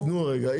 תנו לה רגע.